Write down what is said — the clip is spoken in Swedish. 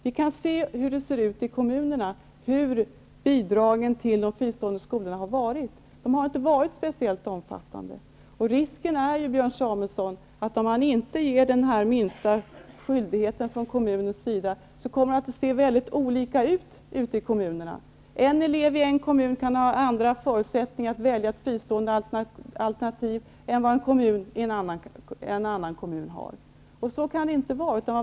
Vi kan se hur det ser ut i kommunerna, hur bidragen till de fristående skolorna har varit. De har inte varit speciellt omfattande. Risken är ju, Björn Samuelson, att om man inte anger den här minsta skyldigheten för kommunen så kommer det att se väldigt olika ut i kommunerna. En elev i en kommun kan ha andra förutsättningar att välja ett fristående alternativ än en elev i en annan kommun. Så får det inte vara.